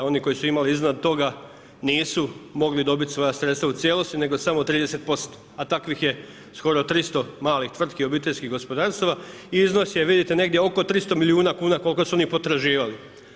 Oni koji su imali iznad toga, nisu mogli dobiti svoja sredstva u cijelosti, nego samo 30%, a takvih je skoro 300 malih tvrtki, obiteljskih gospodarstava i iznos je vidite negdje oko 300 milijuna kuna, koliko su oni potraživali.